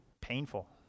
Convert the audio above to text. painful